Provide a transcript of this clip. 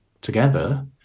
together